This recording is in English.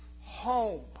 home